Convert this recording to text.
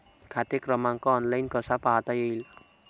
खाते क्रमांक ऑनलाइन कसा पाहता येईल?